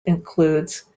includes